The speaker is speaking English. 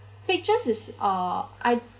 pictures is uh I